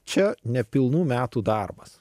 čia nepilnų metų darbas